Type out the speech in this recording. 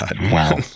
Wow